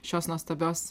šios nuostabios